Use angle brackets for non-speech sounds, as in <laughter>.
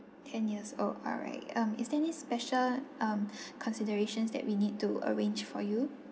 ten years old alright um is there any special um <breath> considerations that we need to arrange for you